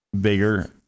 bigger